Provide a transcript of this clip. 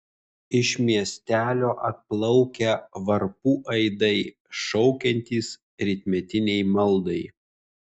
iš miestelio atplaukia varpų aidai šaukiantys rytmetinei maldai